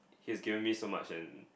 his given me so much and